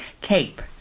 CAPE